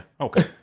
okay